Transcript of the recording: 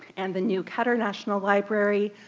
and the new qatar national library,